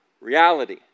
reality